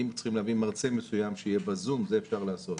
אם צריכים להביא מרצה מסוים שיהיה בזום זה אפשר לעשות,